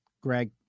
Greg